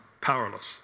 powerless